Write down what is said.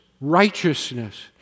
Righteousness